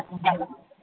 आठ बिगाल'